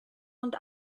und